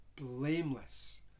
blameless